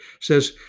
says